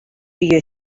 you